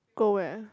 go where